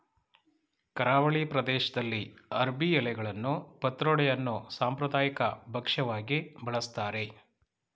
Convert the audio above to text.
ಕರಾವಳಿ ಪ್ರದೇಶ್ದಲ್ಲಿ ಅರ್ಬಿ ಎಲೆಗಳನ್ನು ಪತ್ರೊಡೆ ಅನ್ನೋ ಸಾಂಪ್ರದಾಯಿಕ ಭಕ್ಷ್ಯವಾಗಿ ಬಳಸ್ತಾರೆ